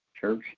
Church